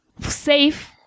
safe